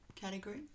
category